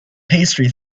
pastry